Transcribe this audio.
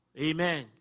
Amen